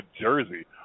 jersey